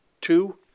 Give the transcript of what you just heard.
two